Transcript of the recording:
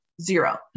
zero